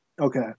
Okay